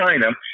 China